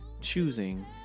choosing